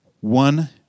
one